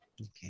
Okay